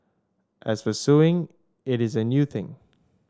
as for suing it is a new thing